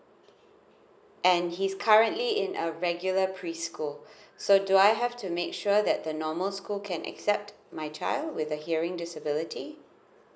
and he's currently in a regular preschool so do I have to make sure that the normal school can accept my child with the hearing disability